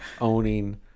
owning